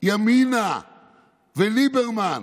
ימינה וליברמן,